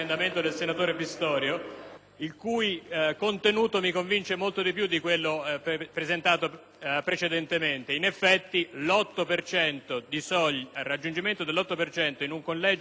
il cui contenuto mi convince molto più di quello presentato precedentemente. In effetti, il raggiungimento dell'8 per cento in un collegio regionale